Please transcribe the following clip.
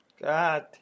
God